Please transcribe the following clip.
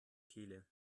kehle